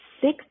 Six